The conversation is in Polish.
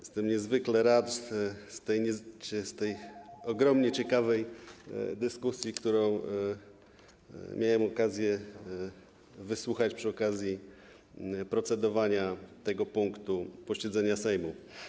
Jestem niezwykle rad z tej ogromnie ciekawej dyskusji, której miałem okazję wysłuchać przy okazji procedowania tego punktu posiedzenia Sejmu.